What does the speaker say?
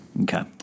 Okay